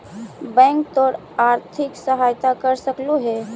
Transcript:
bank तोर आर्थिक सहायता कर सकलो हे